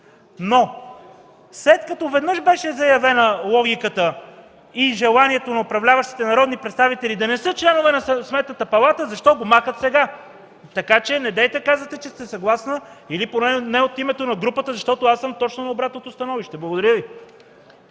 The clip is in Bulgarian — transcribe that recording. но след като веднъж беше заявена логиката и желанието на управляващите народни представители да не са членове на Сметната палата, защо махат текста сега? Недейте да казвате, че сте съгласна, или поне не от името на групата, защото аз съм точно на обратното становище. Благодаря Ви.